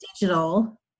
digital